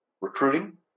recruiting